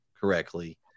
correctly